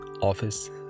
office